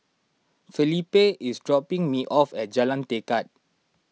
Felipe is dropping me off at Jalan Tekad